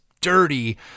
dirty